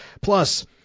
Plus